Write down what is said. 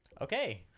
Okay